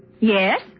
Yes